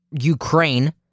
Ukraine